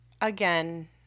again